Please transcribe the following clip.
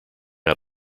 out